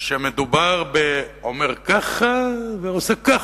שמדובר באומר ככה ועושה ככה.